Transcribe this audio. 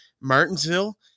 Martinsville